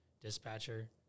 dispatcher